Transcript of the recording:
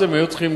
אז הם היו צריכים,